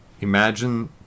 Imagine